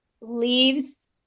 leaves